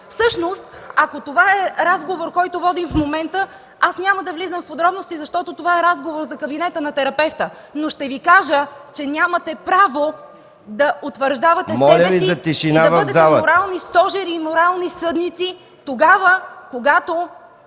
Всъщност, ако това е разговор, който водим в момента, аз няма да влизам в подробности, защото това е разговор за кабинета на терапевта, но ще Ви кажа, че нямате право да утвърждавате себе си и да бъдете морални стожери и морални съдници тогава, когато